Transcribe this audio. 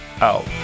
out